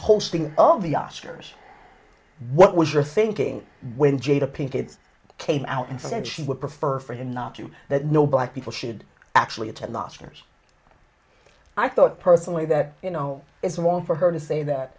hosting of the oscars what was your thinking when jade a pink kids came out and said she would prefer for him not you that no black people should actually attend the oscars i thought personally that you know it's wrong for her to say that